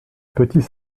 petit